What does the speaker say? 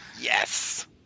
Yes